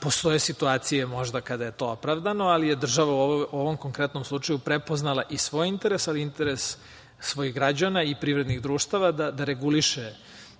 Postoje situacije možda kada je to opravdano, ali je država u ovom konkretnom slučaju prepoznala i svoj interes, ali i interes svojih građana i privrednih društava, da reguliše